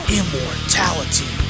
immortality